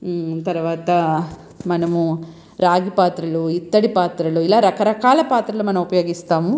తరువాత మనము రాగి పాత్రలు ఇత్తడి పాత్రలు ఇలా రకరకాల పాత్రలు మనం ఉపయోగిస్తాము